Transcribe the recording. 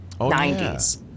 90s